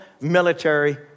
military